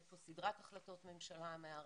יש פה סדרת החלטות ממשלה שמערבת